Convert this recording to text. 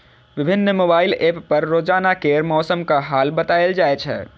विभिन्न mobile app पर रोजाना केर मौसमक हाल बताएल जाए छै